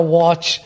watch